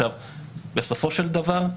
בסופו של דבר,